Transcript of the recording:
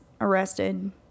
arrested